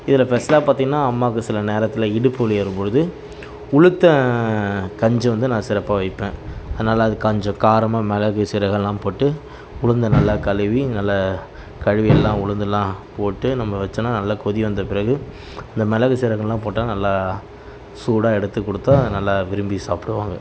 இதில் ஃபெஷலாக பார்த்தீங்கன்னா அம்மாவுக்கு சில நேரத்தில் இடுப்பு வலி வரும்பொழுது உளுத்த கஞ்சி வந்து நான் சிறப்பாக வைப்பேன் அதனால் அது கொஞ்சம் காரமாக மிளகு சீரகெல்லாம் போட்டு உளுந்தை நல்லா கழுவி நல்ல கழுவி எல்லாம் உளுந்தெல்லாம் போட்டு நம்ம வெச்சோன்னால் நல்லா கொதி வந்த பிறகு அந்த மிளகு சீரகெல்லாம் போட்டால் நல்லா சூடாக எடுத்துக் கொடுத்தா நல்லா விரும்பி சாப்பிடுவாங்க